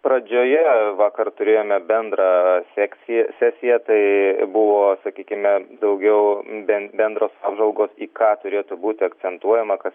pradžioje vakar turėjome bendrą sekciją sesiją tai buvo sakykime daugiau be bendros apžvalgos į ką turėtų būti akcentuojama kad